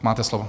Máte slovo.